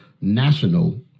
national